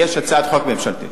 יש הצעת חוק ממשלתית.